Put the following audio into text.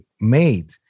made